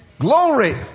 glory